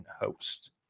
host